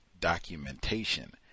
documentation